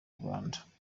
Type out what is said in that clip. rwanda